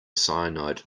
cyanide